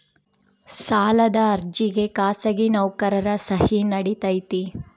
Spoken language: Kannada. ಸಾಲದ ಅರ್ಜಿಗೆ ಖಾಸಗಿ ನೌಕರರ ಸಹಿ ನಡಿತೈತಿ?